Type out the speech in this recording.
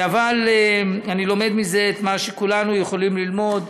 אבל אני לומד מזה את מה שכולנו יכולים ללמוד,